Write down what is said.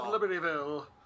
Libertyville